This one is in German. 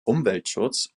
umweltschutz